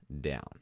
down